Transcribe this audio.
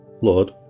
Lord